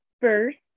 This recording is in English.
first